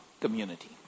community